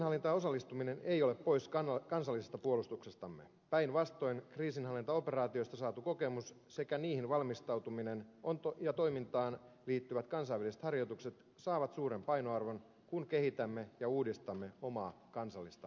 kriisinhallintaan osallistuminen ei ole pois kansallisesta puolustuksestamme päinvastoin kriisinhallintaoperaatioista saatu kokemus sekä niihin valmistautuminen ja toimintaan liittyvät kansainväliset harjoitukset saavat suuren painoarvon kun kehitämme ja uudistamme omaa kansallista puolustustamme